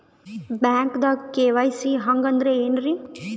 ಬ್ಯಾಂಕ್ದಾಗ ಕೆ.ವೈ.ಸಿ ಹಂಗ್ ಅಂದ್ರೆ ಏನ್ರೀ?